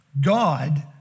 God